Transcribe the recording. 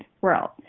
world